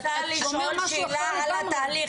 אני רוצה לשאול שאלה על התהליך.